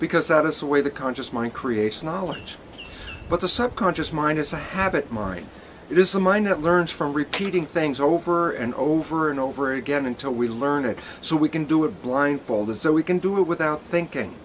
because that is the way the conscious mind creates knowledge but the subconscious mind is a habit mind it is a mind that learns from repeating things over and over and over again until we learn it so we can do it blindfolded so we can do it without thinking